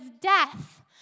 death